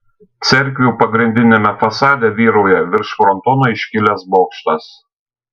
cerkvių pagrindiniame fasade vyrauja virš frontono iškilęs bokštas